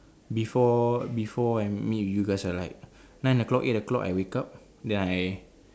before before I meet with you guys are like nine o'clock eight o'clock I wake up then I